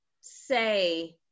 say